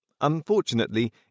Unfortunately